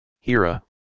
Hira